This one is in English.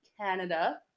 Canada